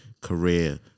career